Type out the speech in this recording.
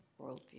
worldview